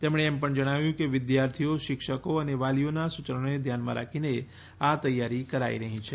તેમણે એમ પણ જણાવ્યું કે વિદ્યાર્થીઓ શિક્ષકો અને વાલીઓના સૂચનોને ધ્યાનમાં રાખીને આ તૈયારી કરાઈ રહી છે